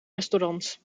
restaurants